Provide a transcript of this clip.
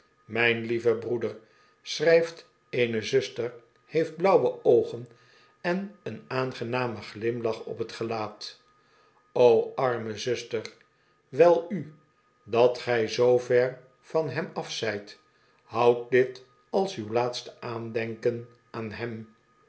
mijn lieve broeder schrijft eene zuster heeft blauwe oogen en een aangenamen glimlach op t gelaat o arme zuster wel u dat gij zoo ver van hem af zijt houd dit als uw laatste aandenken aan hem